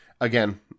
again